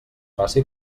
faci